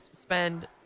spend